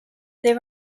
there